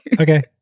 Okay